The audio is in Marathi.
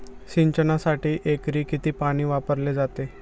सिंचनासाठी एकरी किती पाणी वापरले जाते?